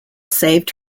saved